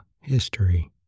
History